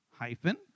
hyphen